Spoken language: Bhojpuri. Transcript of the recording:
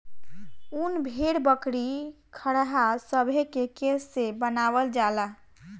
उन भेड़, बकरी, खरहा सभे के केश से बनावल जाला